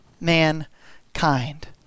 mankind